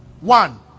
One